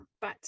but-